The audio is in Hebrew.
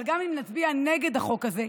אבל גם אם נצביע נגד החוק הזה,